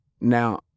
Now